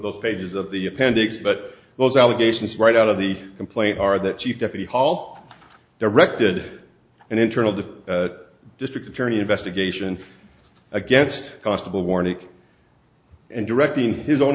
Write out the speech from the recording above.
the pages of the appendix but those allegations right out of the complaint are that chief deputy hall directed and internal the district attorney investigation against constable warneke and directing his own